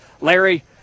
Larry